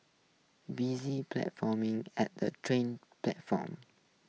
busy platforming at train platforms